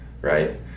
right